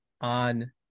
on